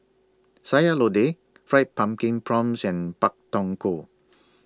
Sayur Lodeh Fried Pumpkin Prawns and Pak Thong Ko